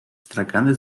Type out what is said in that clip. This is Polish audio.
stragany